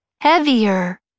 heavier